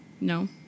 No